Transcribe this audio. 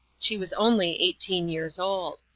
she was only eighteen years old.